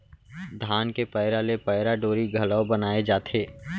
धान के पैरा ले पैरा डोरी घलौ बनाए जाथे